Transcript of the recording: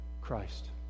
Christ